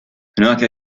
هناك